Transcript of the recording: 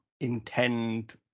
intend